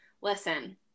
Listen